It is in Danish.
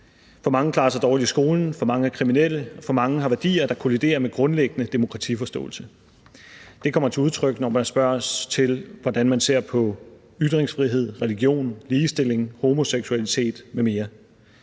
For mange klarer sig dårligt i skolen; for mange er kriminelle; for mange har værdier, der kolliderer med grundlæggende demokratiforståelse. Det kommer til udtryk, når der spørges til, hvordan man ser på ytringsfrihed, religion, ligestilling, homoseksualitet m.m.